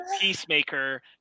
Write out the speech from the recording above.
Peacemaker